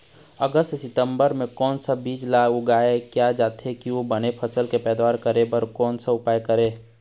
अगस्त सितंबर म कोन सा बीज ला उगाई किया जाथे, अऊ बने फसल के पैदावर करें बर कोन सा उपाय करें?